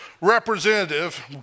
representative